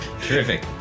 Terrific